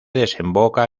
desemboca